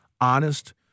honest